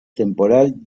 temporal